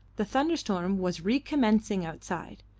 the thunderstorm was recommencing outside,